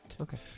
okay